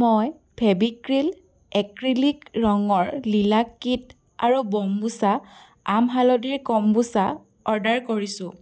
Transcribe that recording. মই Fevicryl acrylic ৰঙৰ lilac kit আৰু বম্বুচা আম হালধিৰ কম্বুচা অৰ্ডাৰ কৰিছোঁ